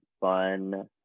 fun